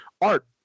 Art